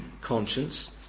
conscience